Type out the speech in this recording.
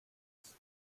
texts